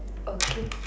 okay